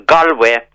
Galway